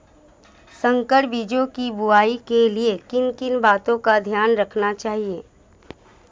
संकर बीजों की बुआई के लिए किन किन बातों का ध्यान रखना चाहिए?